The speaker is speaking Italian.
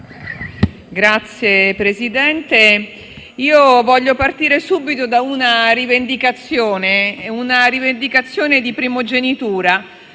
Signor Presidente, voglio partire subito da una rivendicazione di primogenitura: